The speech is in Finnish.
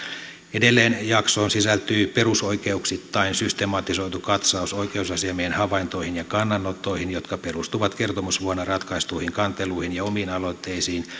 edelleen jaksoon sisältyy perusoikeuksittain systematisoitu katsaus oikeusasiamiehen havaintoihin ja kannanottoihin jotka perustuvat kertomusvuonna ratkaistuihin kanteluihin ja omiin aloitteisiin